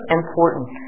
important